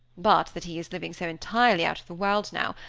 but that he is living so entirely out of the world, now,